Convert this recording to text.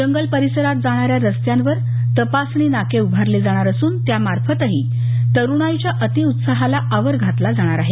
जंगल परिसरात जाणाऱ्या रस्त्यांवर तपासणी नाके उभारले जाणार असून त्या मार्फतही तरुणाईच्या अति उत्साहाला आवर घातला जाणार आहे